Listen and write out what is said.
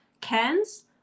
cans